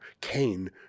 Cain